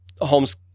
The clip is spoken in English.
Holmes